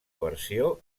versió